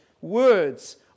words